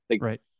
Right